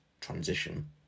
transition